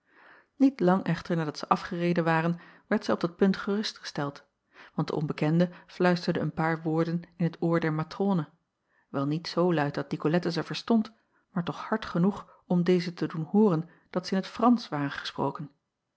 iet lang echter nadat zij afgereden waren werd zij op dat punt gerustgesteld want de onbekende fluisterde een paar woorden in t oor der matrone wel niet zoo luid dat icolette ze verstond maar toch hard genoeg om deze te doen hooren dat zij in t ransch waren gesproken